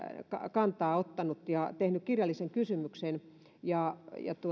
kantaa ottanut ja tehnyt siitä kirjallisen kysymyksen ja